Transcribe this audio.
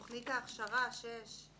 אוקיי, האם את מפנה לשם?